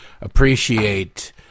Appreciate